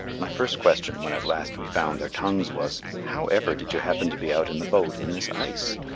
my first question, when at last we found our tongues, was, how ever did you happen to be out in the boat in this ice?